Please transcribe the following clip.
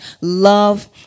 love